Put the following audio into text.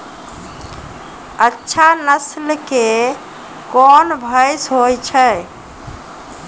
अच्छा नस्ल के कोन भैंस होय छै?